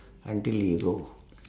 until you go